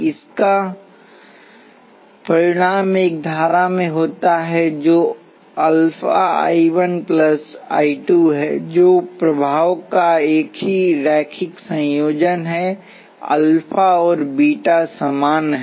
इसका परिणाम एक धारा में होता है जो अल्फा I 1 I 2 है जो प्रभाव का एक ही रैखिक संयोजन है अल्फा और बीटा समान हैं